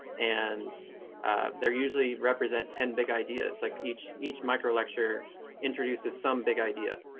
and they're usually represent ten big ideas like each. each micro lecture introduces some big idea.